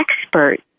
expert